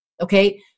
Okay